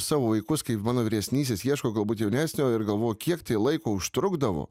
savo vaikus kaip mano vyresnysis ieško galbūt jaunesniojo ir galvojau kiek laiko užtrukdavo